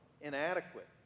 inadequate